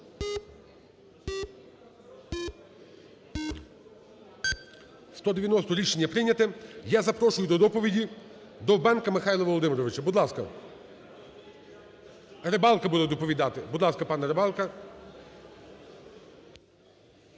за. Рішення прийняте. Я запрошую до доповідіДовбенка Михайла Володимировича, будь ласка. Рибалка буде доповідати? Будь ласка, пане Рибалка.